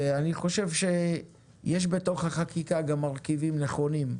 אני חושב שיש בתוך החקיקה גם מרכיבים נכונים,